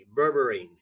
berberine